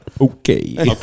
okay